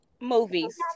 Movies